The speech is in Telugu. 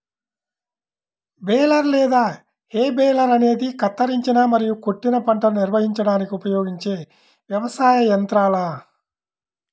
బేలర్ లేదా హే బేలర్ అనేది కత్తిరించిన మరియు కొట్టిన పంటను నిర్వహించడానికి ఉపయోగించే వ్యవసాయ యంత్రాల